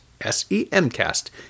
S-E-M-Cast